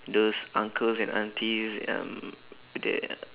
those uncles and aunties um they are